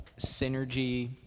Synergy